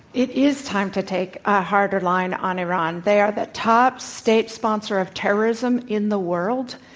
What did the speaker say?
it is time to take a harder line on iran. they are the top state sponsor of terrorism in the world.